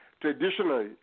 traditionally